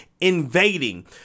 invading